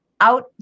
out